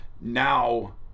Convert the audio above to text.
now